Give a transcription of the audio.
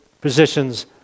positions